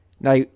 Now